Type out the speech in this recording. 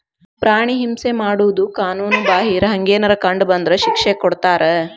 ಪ್ರಾಣಿ ಹಿಂಸೆ ಮಾಡುದು ಕಾನುನು ಬಾಹಿರ, ಹಂಗೆನರ ಕಂಡ ಬಂದ್ರ ಶಿಕ್ಷೆ ಕೊಡ್ತಾರ